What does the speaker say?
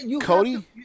Cody